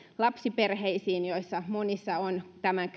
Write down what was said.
lapsiperheisiin joissa monissa on tämän